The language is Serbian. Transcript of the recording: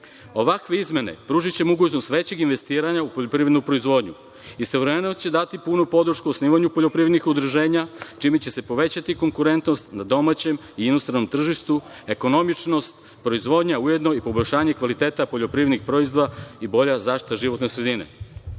dinara. Ovakve izmene pružiće mogućnost većeg investiranja u poljoprivrednu proizvodnju. Istovremeno će dati punu podršku osnivanju poljoprivrednih udruženja, čime će se povećati konkurentnost na domaćem i inostranom tržištu, ekonomičnost, proizvodnja ujedno i poboljšanje kvaliteta poljoprivrednih proizvoda i bolja zaštita životne sredine. Izmenom